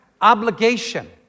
obligation